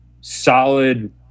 solid